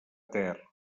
ter